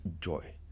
joy